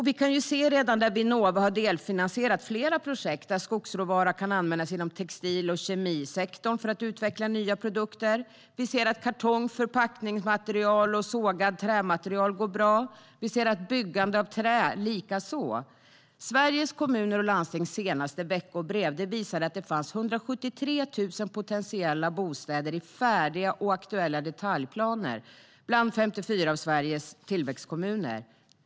Vi kan se att Vinnova redan har delfinansierat flera projekt där skogsråvara kan användas inom textil och kemisektorn för att utveckla nya produkter. Vi ser att det går bra för den sektor som ägnar sig åt kartong, förpackningsmaterial och sågat trämaterial. Vi ser också att det går bra för den sektor som bygger med trä. I det senaste veckobrevet från Sveriges Kommuner och Landsting framgår att det fanns 173 000 potentiella bostäder i färdiga och aktuella detaljplaner bland 54 av Sveriges tillväxtkommuner.